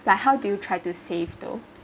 like how do you try to save though